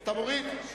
אתה מוריד?